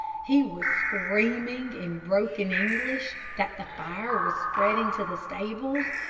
he was screaming, in broken english that the fire was spreading to the stables,